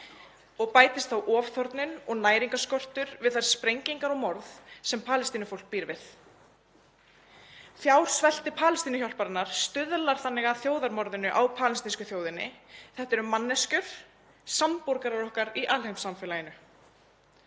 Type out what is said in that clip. og bætist þá ofþornun og næringarskortur við sprengingar og morð sem Palestínufólk býr við. Fjársvelti Palestínuhjálparinnar stuðlar þannig að þjóðarmorðinu á palestínsku þjóðinni. Þetta eru manneskjur, samborgarar okkar í alheimssamfélaginu.